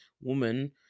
woman